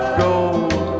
gold